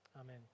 Amen